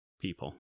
people